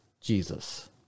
Jesus